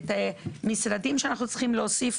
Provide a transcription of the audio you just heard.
משרדים שאנחנו צריכים להוסיף,